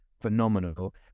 phenomenal